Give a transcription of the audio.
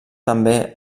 també